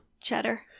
Cheddar